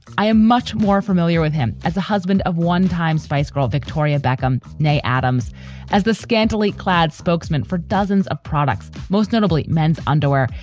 i am much more familiar with him as a husband of one time spice girl. victoria beckham nhe adams as the scantily clad spokesman for dozens of products, most notably men's underwear,